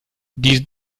die